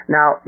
Now